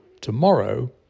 tomorrow